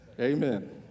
Amen